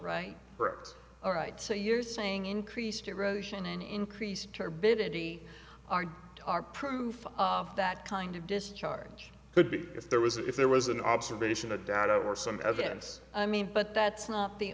right all right so you're saying increased erosion and increased her biddy are are proof of that kind of discharge could be if there was if there was an observation of data or some evidence i mean but that's not the